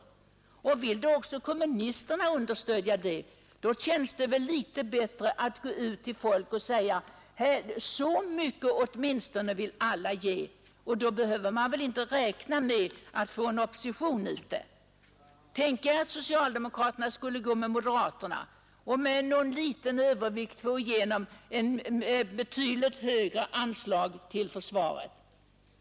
Vill då också kommunisterna understödja det, så känns det bättre att kunna gå ut till folk och säga: Åtminstone så här godtar vi alla budgeten. Tänk er att socialdemokraterna skulle gå ihop med moderaterna och med någon liten röstövervikt få igenom ett betydligt högre anslag till försvaret.